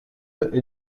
êtes